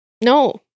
no